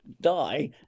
die